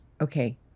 okay